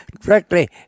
directly